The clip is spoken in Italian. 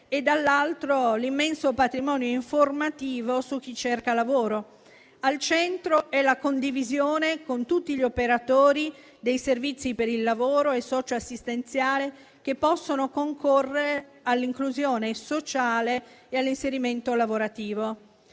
e, dall'altra, l'immenso patrimonio informativo su chi cerca lavoro. Al centro è la condivisione con tutti gli operatori dei servizi per il lavoro e socio assistenziali, che possono concorrere all'inclusione sociale e all'inserimento lavorativo.